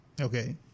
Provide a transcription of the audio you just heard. Okay